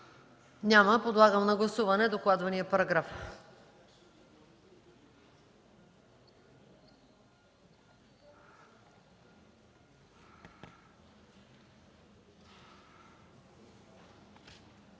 желаещи. Подлагам на гласуване докладвания параграф.